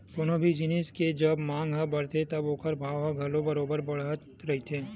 कोनो भी जिनिस के जब मांग ह बड़थे तब ओखर भाव ह घलो बरोबर बड़त रहिथे